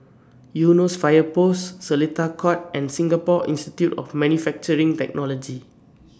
Eunos Fire Post Seletar Court and Singapore Institute of Manufacturing Technology